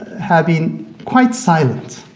have been quite silent.